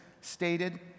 stated